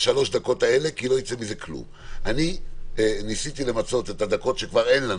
אני ניסיתי למצות את הדקות שכבר אין לנו,